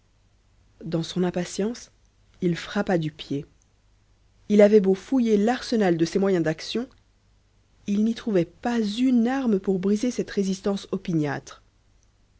dans son impatience il frappa du pied il avait beau fouiller l'arsenal de ses moyens d'action il n'y trouvait pas une arme pour briser cette résistance opiniâtre